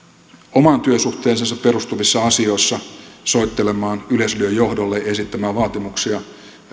omaan työsuhteeseensa perustuvissa asioissa soittelemaan yleisradion johdolle ja esittämään vaatimuksia